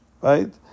right